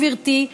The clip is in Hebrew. גברתי,